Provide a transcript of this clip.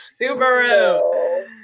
Subaru